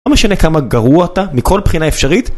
לא משנה כמה גרוע אתה, מכל בחינה אפשרית.